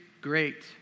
great